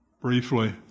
briefly